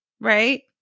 Right